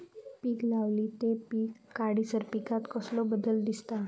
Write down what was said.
पीक लावणी ते पीक काढीसर पिकांत कसलो बदल दिसता?